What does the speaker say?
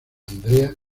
andrea